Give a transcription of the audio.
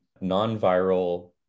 non-viral